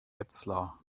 wetzlar